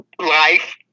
life